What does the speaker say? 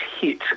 hit